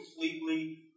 completely